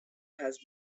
has